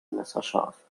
messerscharf